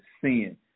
sin